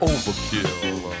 Overkill